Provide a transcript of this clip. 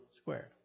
squared